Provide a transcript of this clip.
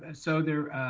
and so there,